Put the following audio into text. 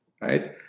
right